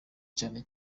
cyane